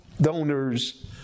donors